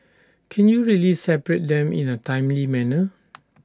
can you really separate them in A timely manner